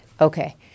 Okay